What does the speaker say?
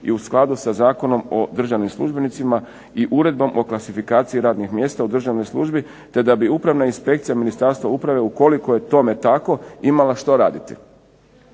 i u skladu sa Zakonom o državnim službenicima i Uredbom o klasifikaciji radnim mjesta u državnoj službi te da bi upravna inspekcija Ministarstva uprave, ukoliko je tome tako, imala što raditi.